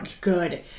good